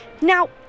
Now